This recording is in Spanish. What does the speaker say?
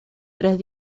tres